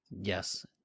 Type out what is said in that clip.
Yes